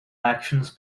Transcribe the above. actions